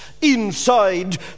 inside